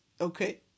okay